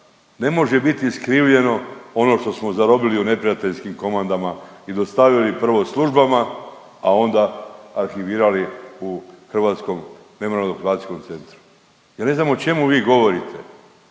ne može biti iskrivljeno ono što smo zarobili u neprijateljskim komandama i dostavili prvo službama, a onda arhivirali u Hrvatskom memorijalno-dokumentacijskom centru. Ja ne znam o čemu vi govorite.